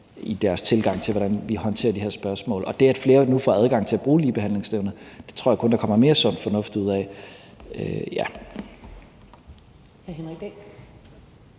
i deres tilgang til, hvordan vi håndterer det her spørgsmål, og det, at flere nu får adgang til at bruge Ligebehandlingsnævnet, tror jeg kun der kommer mere sund fornuft ud af. Kl.